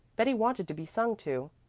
betty wanted to be sung to.